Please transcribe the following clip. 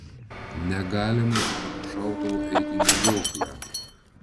negalima su tokiu šautuvu eiti į medžioklę